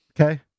Okay